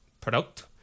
Product